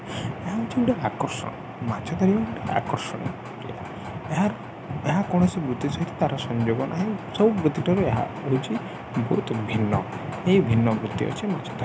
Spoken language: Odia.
ଏହା ହେଉଛି ଗୋଟେ ଆକର୍ଷଣ ମାଛ ଧାରିବା ଗୋଟେ ଆକର୍ଷଣୀୟ ଏହାର ଏହା କୌଣସି ବୃତ୍ତି ସହିତ ତା'ର ସଂଯୋଗ ନାହିଁ ସବୁ ବୃତ୍ତିଠାରୁ ଏହା ହଉଚି ବହୁତ ଭିନ୍ନ ଏହି ଭିନ୍ନ ବୃତ୍ତି ଅଛି ମାଛ ଧରା